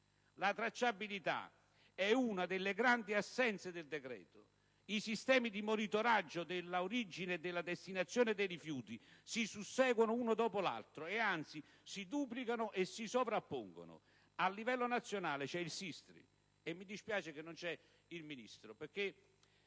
La tracciabilità è una delle altre grandi assenze del decreto: i sistemi di monitoraggio della origine e della destinazione dei rifiuti si susseguono uno dopo l'altro, ed anzi si duplicano e si sovrappongono. A livello nazionale c'è il SISTRI, e mi dispiace che non sia presente il Ministro, perché